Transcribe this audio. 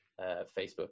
facebook